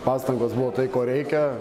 pastangos buvo tai ko reikia